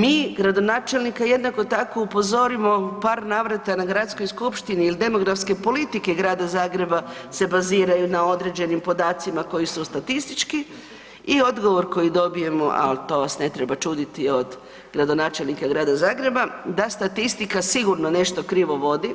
Mi gradonačelnika jednako tako upozorimo u par navrata na gradskoj skupštini jel demografske politike Grada Zagreba se baziraju na određenim podacima koji su statistički i odgovor koji dobijemo, al to vas ne treba čuditi od gradonačelnika Grada Zagreba da statistika sigurno nešto krivo vodi